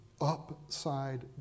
upside